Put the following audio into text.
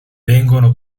vengono